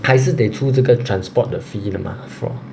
还是得出这个 transport 的 fee 的 mah for